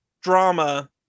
drama